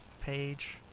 page